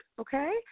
okay